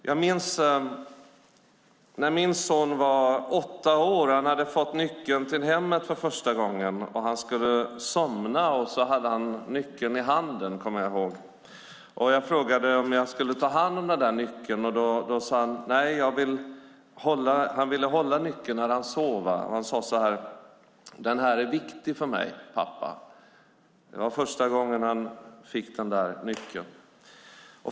Jag minns när min son var åtta år och hade fått nyckeln till hemmet för första gången. Han skulle somna och hade nyckeln i handen, kommer jag ihåg. Jag frågade om jag skulle ta hand om den där nyckeln, men han ville hålla nyckeln när han sov. Han sade: Den här är viktig för mig, pappa. Det var första gången han fick den där nyckeln.